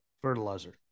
Fertilizer